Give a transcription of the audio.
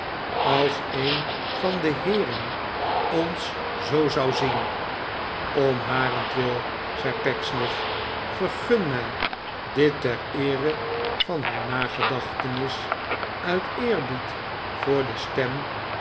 als een van de heeren ons zoo zou zien om harentwil zei pecksniff vergun mij dit ter eere van haar nagedachtenisr uit eerbied voor de stem